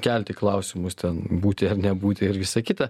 kelti klausimus ten būti ar nebūti ir visa kita